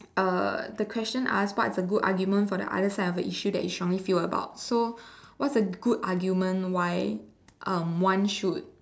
uh the question asked what's a good argument for the other side of a issue that you feel strongly about so what's a good argument why um one should